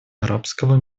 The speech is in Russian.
арабского